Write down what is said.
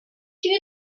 two